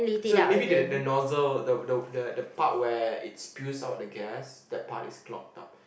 so maybe the the nozzle the the the part where it spews out the gas the part is clogged up